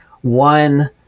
one